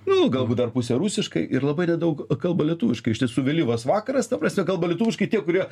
nu galbūt dar pusė rusiškai ir labai nedaug kalba lietuviškai iš tiesų vėlyvas vakaras ta prasme kalba lietuviškai tie kurie